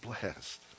blessed